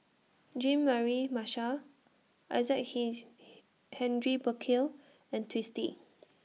Jean Mary Marshall Isaac His He Henry Burkill and Twisstii